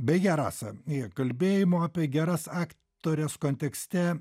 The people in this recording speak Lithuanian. beje rasa kalbėjimo apie geras aktores kontekste